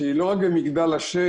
שהיא לא רק במגדל השן,